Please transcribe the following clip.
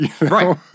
Right